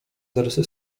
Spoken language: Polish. zarysy